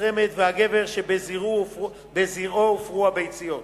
הנתרמת והגבר שבזרעו הופרו הביציות,